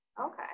Okay